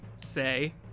say